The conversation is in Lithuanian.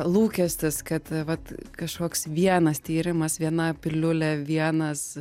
lūkestis kad vat kažkoks vienas tyrimas viena piliulė vienas